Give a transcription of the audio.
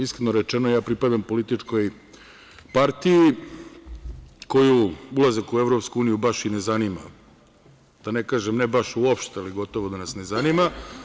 Iskreno rečeno, pripadam političkoj partiji koju ulazak u EU baš i ne zanima, da ne kažem ne baš uopšte, ali gotovo da nas ne zanima.